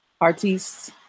artists